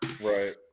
Right